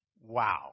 Wow